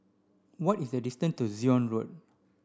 what is the distance to Zion Road